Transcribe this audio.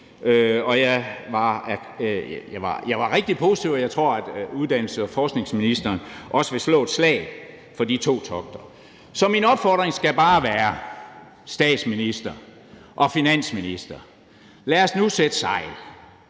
Det var rigtig positivt, og jeg tror, at uddannelses- og forskningsministeren også vil slå et slag for de to togter. Så min opfordring skal bare være til statsministeren og finansministeren: Lad os nu sætte sejl;